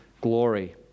glory